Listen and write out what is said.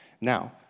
Now